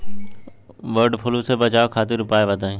वड फ्लू से बचाव खातिर उपाय बताई?